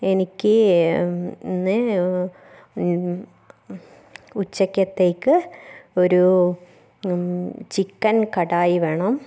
എനിക്ക് ഇന്ന് ഉച്ചക്കത്തേക്ക് ഒരു ചിക്കൻ കടായി വേണം